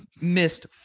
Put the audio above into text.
Missed